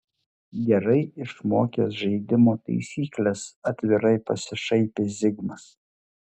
gerai išmokęs žaidimo taisykles atvirai pasišaipė zigmas